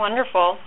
Wonderful